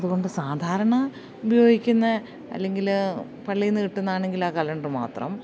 അതുകൊണ്ട് സാധാരണ ഉപയോഗിക്കുന്ന അല്ലെങ്കിൽ പള്ളീന്ന് കിട്ടുന്ന അണെങ്കിൽ ആ കലണ്ട് മാത്രം